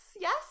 Yes